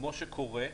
כמו שכבר קורה,